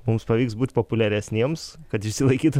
mums pavyks būt populiaresniems kad išsilaikytų